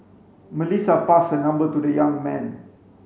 Melissa passed her number to the young man